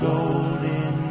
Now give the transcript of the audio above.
Golden